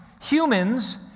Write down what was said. humans